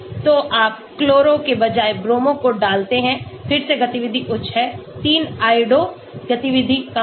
तो आप क्लोरो के बजाय ब्रोमो कोडालते हैं फिर से गतिविधि उच्च हैं 3 आयोडो गतिविधि कम है